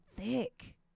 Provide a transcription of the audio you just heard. thick